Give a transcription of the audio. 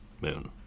moon